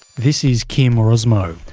this is kim rossmo,